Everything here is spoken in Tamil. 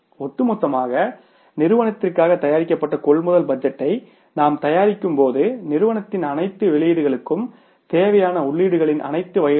ஒட்டுமொத்தமாக நிறுவனத்திற்காக தயாரிக்கப்பட்ட கொள்முதல் பட்ஜெட்டை நாம் தயாரிக்கும்போது நிறுவனத்தின் அனைத்து வெளியீடுகளுக்கும் தேவையான உள்ளீடுகளின் அனைத்து வகைகளுக்கும்